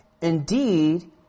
indeed